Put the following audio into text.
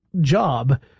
job